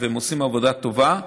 והם עושים עבודה טובה,